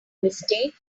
mistake